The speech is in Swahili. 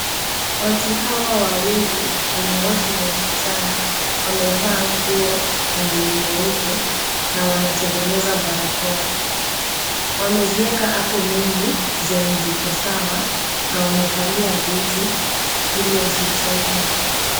Watu hawa wawili wenye wote ni wasichana wamevaa nguo yenye ni nyeupe na wanatengeneza barakoa. Wamezieka hapo mingi zenye ziko sawa, na wamekalia viti ili wasichoke.